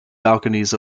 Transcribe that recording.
balconies